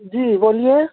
جی بولیے